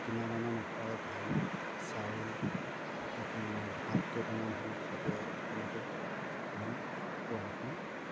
কিনা দানা নোখোৱাই ধান চাউল আপোনাৰ ভাত কেইটামান হ'লেও ছটিয়াই সেনেকৈও ধৰি লওক পোৱালিখিনি